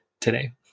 today